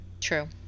True